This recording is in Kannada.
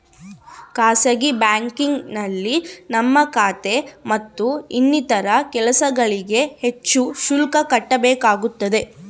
ಖಾಸಗಿ ಬ್ಯಾಂಕಿಂಗ್ನಲ್ಲಿ ನಮ್ಮ ಖಾತೆ ಮತ್ತು ಇನ್ನಿತರ ಕೆಲಸಗಳಿಗೆ ಹೆಚ್ಚು ಶುಲ್ಕ ಕಟ್ಟಬೇಕಾಗುತ್ತದೆ